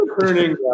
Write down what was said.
turning